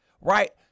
right